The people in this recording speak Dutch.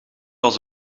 als